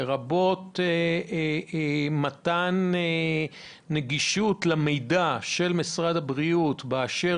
לרבות מתן נגישות למשרד הבריאות למידע באשר